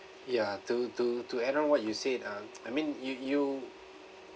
ya to to to add on what you said um I mean you you